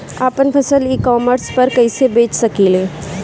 आपन फसल e commerce पर कईसे बेच सकिले?